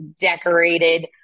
decorated